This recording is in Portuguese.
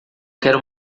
quero